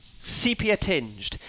sepia-tinged